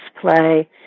play